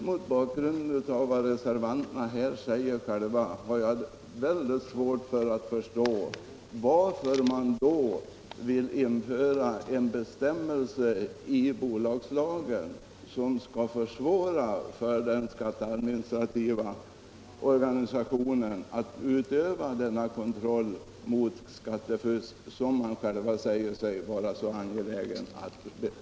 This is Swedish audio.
Mot bakgrund av vad reservanterna här själva skriver har jag mycket svårt att förstå varför man då i bolagslagen vill införa en bestämmelse som skall försvåra för den skatteadministrativa organisationen att utöva denna kontroll mot skattefusk — som man själv säger sig vara så angelägen att beivra.